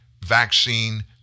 vaccine